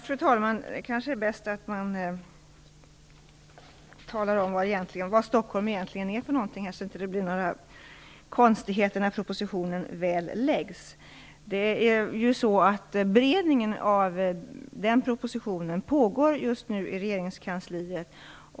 Fru talman! Det är kanske bäst att man talar om vad Stockholm egentligen är för något så att det inte blir några konstigheter när propositionen väl läggs fram. Beredningen av den här propositionen pågår just nu i regeringskansliet.